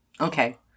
Okay